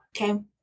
Okay